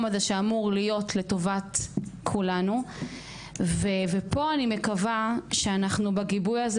הזה שאמור להיות לטובת כולנו ופה אני מקווה שאנחנו בגיבוי הזה,